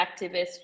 activists